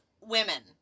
women